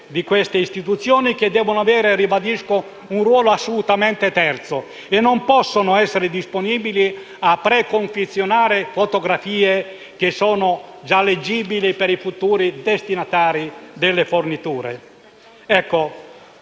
di queste istituzioni, che - ribadisco - devono avere un ruolo assolutamente terzo e non possono essere disponibili a preconfezionare fotografie che sono già leggibili per i futuri destinatari delle forniture.